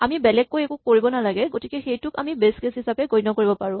আমি বেলেগকৈ একো কৰিব নালাগে গতিকে সেইটোক আমি বেচ কেচ হিচাপে গণ্য কৰিব পাৰো